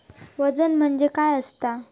वजन म्हणजे काय असता?